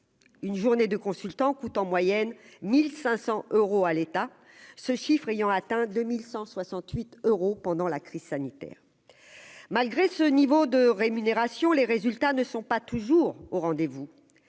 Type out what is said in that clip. Une journée de consultants coûte en moyenne 1500 euros à l'État, ce chiffre ayant atteint 2168 euros pendant la crise sanitaire malgré ce niveau de rémunération, les résultats ne sont pas toujours au rendez-vous.